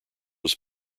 was